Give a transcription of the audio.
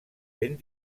ben